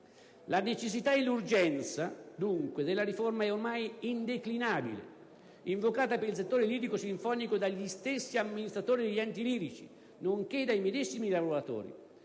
La necessità e l'urgenza, dunque, della riforma sono ormai indeclinabili. Invocata per il settore lirico-sinfonico dagli stessi amministratori degli enti lirici, nonché dai medesimi lavoratori,